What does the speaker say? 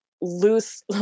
loose